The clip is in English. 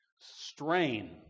strain